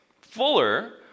Fuller